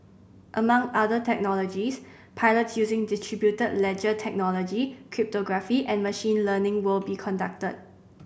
among other technologies pilots using distributed ledger technology cryptography and machine learning will be conducted